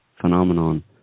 phenomenon